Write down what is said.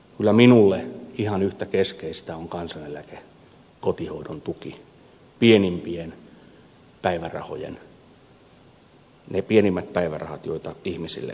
kyllä minulle ihan yhtä keskeistä on kansaneläke kotihoidon tuki ne pienimmät päivärahat joita ihmisille maksetaan